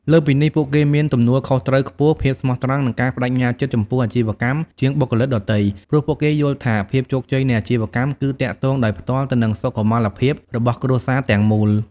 លើសពីនេះ ពួកគេមានទំនួលខុសត្រូវខ្ពស់ ភាពស្មោះត្រង់ និងការប្តេជ្ញាចិត្តចំពោះអាជីវកម្មជាងបុគ្គលិកដទៃ ព្រោះពួកគេយល់ថាភាពជោគជ័យនៃអាជីវកម្មគឺទាក់ទងដោយផ្ទាល់ទៅនឹងសុខុមាលភាពរបស់គ្រួសារទាំងមូល។